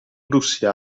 russia